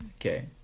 Okay